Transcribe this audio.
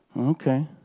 Okay